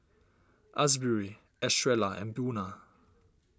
Asbury Estrella and Buna